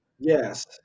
Yes